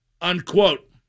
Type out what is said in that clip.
Unquote